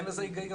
אין בזה הגיון.